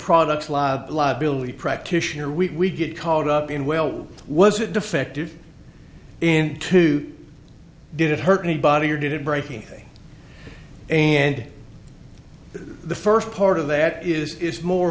product liability practitioner we get caught up in well was it defective in two did it hurt anybody or did it breaking things and the first part of that is more